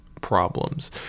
problems